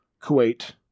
Kuwait